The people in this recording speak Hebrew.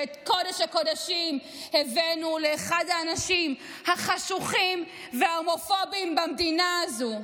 שאת קודש-הקודשים הבאנו לאחד האנשים החשוכים וההומופובים במדינה הזאת?